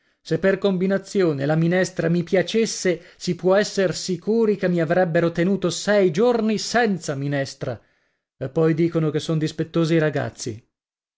se per combinazione la minestra mi piacesse si può esser sicuri che mi avrebbero tenuto sei giorni senza minestra e poi dicono che son dispettosi i ragazzi